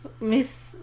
Miss